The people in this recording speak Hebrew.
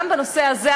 גם בנושא הזה,